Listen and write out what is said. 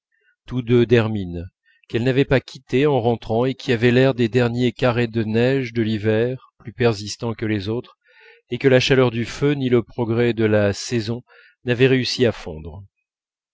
tous deux d'hermine qu'elle n'avait pas quittés en rentrant et qui avaient l'air des derniers carrés des neiges de l'hiver plus persistants que les autres et que la chaleur du feu ni le progrès de la saison n'avaient réussi à fondre